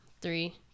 Three